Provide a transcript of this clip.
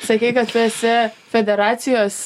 sakei kad tu esi federacijos